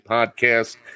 Podcast